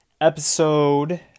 Episode